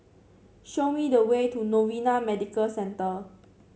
show me the way to Novena Medical Centre